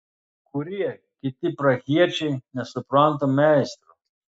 kurie kiti prahiečiai nesupranta meistro